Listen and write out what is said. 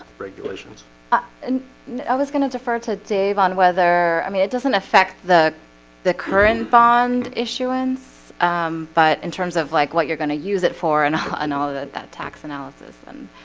regulations ah and i was gonna defer to dave on whether i mean, it doesn't affect the the current bond issuance but in terms of like what you're going to use it for and and all that that tax analysis and